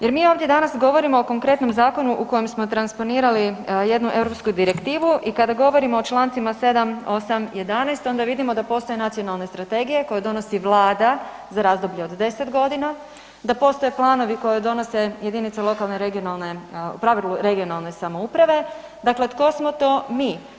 Jer mi danas ovdje govorimo o konkretnom zakonu u kojem smo transponirali jednu europsku direktivu i kada govorimo o Člancima 7., 8., 11., onda vidimo da postoje nacionalne strategije koje donosi Vlada za razdoblje od 10 godina, da postoje planovi koje donose jedinice lokalne, regionalne, u pravilu regionalne samouprave, dakle tko smo to mi?